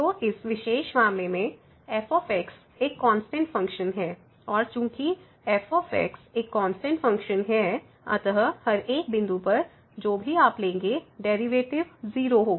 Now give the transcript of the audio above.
तो इस विशेष मामले में f एक कांस्टेंट फंकशन है और चूंकि f एक कांस्टेंट फंकशन है अतः हर एक बिन्दु पर जो भी आप लेंगे डेरिवेटिव 0 होगा